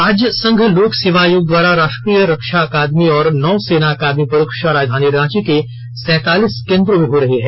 आज संघ लोक सेवा आयोग द्वारा राष्ट्रीय रक्षा अकादमी और नौ सेना अकादमी परीक्षा राजधानी रांची के सैंतालीस केन्द्रों पर हो रही है